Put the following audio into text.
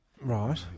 Right